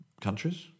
countries